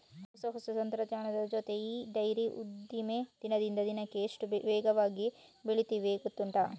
ಹೊಸ ಹೊಸ ತಂತ್ರಜ್ಞಾನದ ಜೊತೆ ಈ ಡೈರಿ ಉದ್ದಿಮೆ ದಿನದಿಂದ ದಿನಕ್ಕೆ ಎಷ್ಟು ವೇಗವಾಗಿ ಬೆಳೀತಿದೆ ಗೊತ್ತುಂಟಾ